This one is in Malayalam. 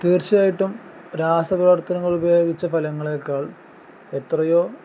തീർച്ചയായിട്ടും രാസ പ്രവർത്തനങ്ങൾ ഉപയോഗിച്ച് ഫലങ്ങളേക്കാൾ എത്രയോ